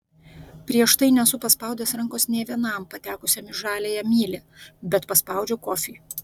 prieš tai nesu paspaudęs rankos nė vienam patekusiam į žaliąją mylią bet paspaudžiau kofiui